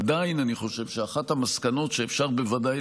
עדיין אני חושב שאחת המסקנות שאפשר בוודאי